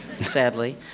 sadly